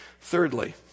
Thirdly